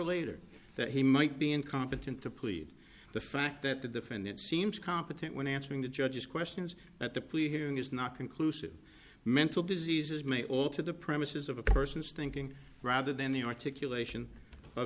later that he might be incompetent to plead the fact that the defendant seems competent when answering the judge's questions that the police hearing is not conclusive mental diseases may alter the premises of a person's thinking rather than the articulation of